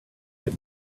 had